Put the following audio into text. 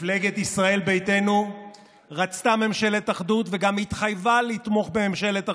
מפלגת ישראל ביתנו רצתה ממשלת אחדות וגם התחייבה לתמוך בממשלת אחדות,